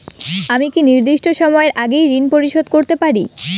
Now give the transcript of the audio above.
আমি কি নির্দিষ্ট সময়ের আগেই ঋন পরিশোধ করতে পারি?